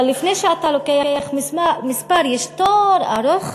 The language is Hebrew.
אבל לפני שאתה לוקח מספר יש תור ארוך,